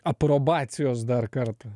aprobacijos dar kartą